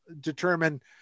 determine